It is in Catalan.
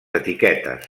etiquetes